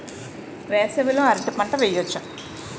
వేసవి లో అరటి పంట వెయ్యొచ్చా?